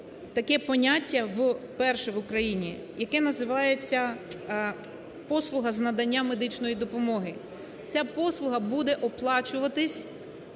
таке поняття вперше в Україні, яке називається "послуга з надання медичної допомоги". Ця послуга буде оплачуватись